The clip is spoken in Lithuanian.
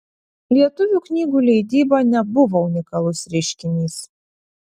lietuvių knygų leidyba nebuvo unikalus reiškinys